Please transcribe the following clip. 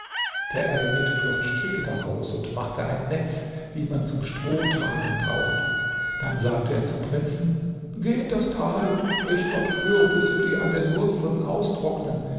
der eremit flocht stricke daraus und machte ein netz wie man zum strohtragen braucht dann sagte er zum prinzen geh in das tal brich dort kürbisse die an den wurzeln austrocknen